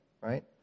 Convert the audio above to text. right